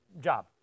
job